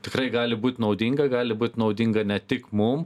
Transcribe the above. tikrai gali būt naudinga gali būt naudinga ne tik mum